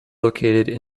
located